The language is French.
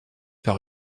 par